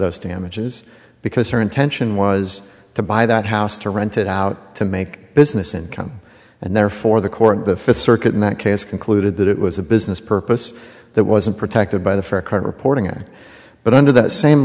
those damages because her intention was to buy that house to rent it out to make business income and therefore the court the fifth circuit in that case concluded that it was a business purpose that wasn't protected by the fair credit reporting act but under that same